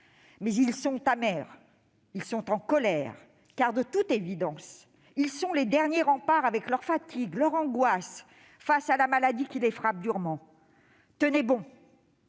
mais ils sont amers. Ils sont en colère car, de toute évidence, ils sont les derniers remparts avec leur fatigue, leur angoisse, face à la maladie qui les frappe durement. Tenez bon,